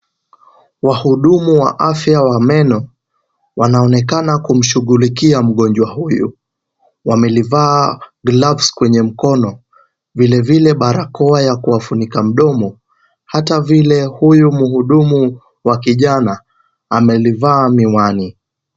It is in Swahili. Wahudumu wa afya wa meno wanaonekana kumshughulikia mgonjwa huyu. Wamelivaa gloves kwenye mikono, vilevile barakoa ya kuwafunika mdomo. Hata vile huyu mhudumu wa kijana amelivaa miwani.